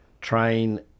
train